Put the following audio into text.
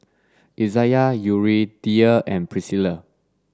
Izayah Yuridia and Priscilla